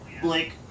Blake